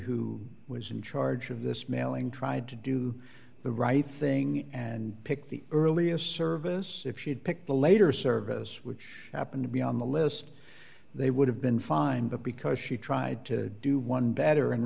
who was in charge of this mailing tried to do the right thing and picked the earliest service if she had picked a later service which happened to be on the list they would have been fine but because she tried to do one better and